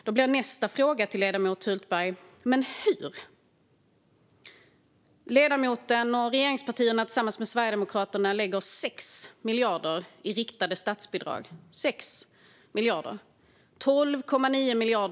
Då blir nästa fråga till ledamoten Hultberg: Men hur? Tillsammans med Sverigedemokraterna lägger ledamoten och regeringspartierna 6 miljarder i riktade statsbidrag.